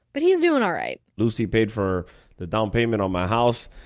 but he's doing all right lucy paid for the down payment on my house,